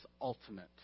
ultimate